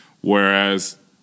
whereas